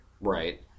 Right